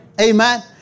Amen